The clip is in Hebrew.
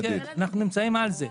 כן, אנחנו נמצאים על זה.